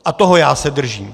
A toho já se držím!